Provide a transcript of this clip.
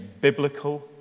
biblical